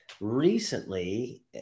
recently